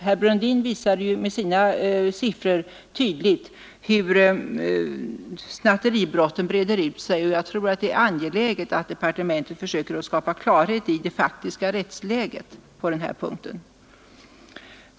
Herr Brundin visade med sina siffror tydligt hur snatteribrotten breder ut sig, och jag tror att det är angeläget att departementet försöker skapa klarhet i det faktiska rättsläget på denna punkt.